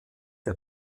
der